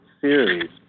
series